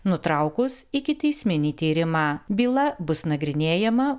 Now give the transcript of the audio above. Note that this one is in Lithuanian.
nutraukus ikiteisminį tyrimą byla bus nagrinėjama